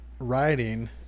riding